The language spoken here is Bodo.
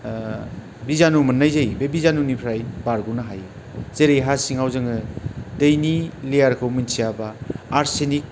बिजानु मोननाय जायो बे बिजानुनिफ्राय बारग'नो हायो जेरै हा सिङाव जोङो दैनि लेयारखौ मिथियाबा आर्सेनिक